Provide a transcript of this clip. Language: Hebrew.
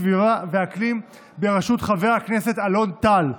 סביבה ואקלים בראשות חבר הכנסת אלון טל.